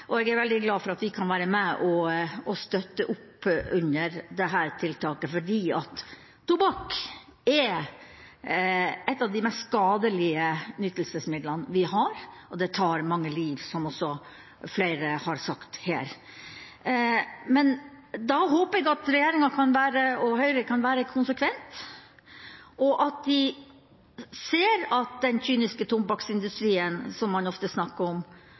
Jeg er veldig glad for at vi kan være med på å støtte opp under dette tiltaket fordi tobakk er et av de mest skadelige nytelsesmidlene vi har, og det tar mange liv, som også flere har sagt her. Men da håper jeg at regjeringa og Høyre kan være konsekvente, og at de ser at den kyniske tobakksindustrien, som man ofte snakker om,